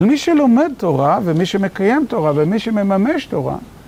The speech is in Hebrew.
ומי שלומד תורה, ומי שמקיים תורה, ומי שמממש תורה.